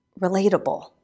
relatable